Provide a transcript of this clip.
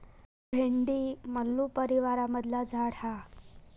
भेंडी मल्लू परीवारमधला झाड हा